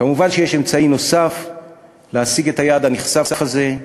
כמובן, יש אמצעי נוסף להשיג את היעד הנכסף הזה,